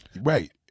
Right